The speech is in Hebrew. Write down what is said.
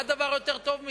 מה דבר יותר טוב מזה?